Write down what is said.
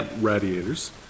radiators